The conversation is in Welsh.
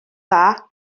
dda